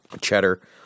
cheddar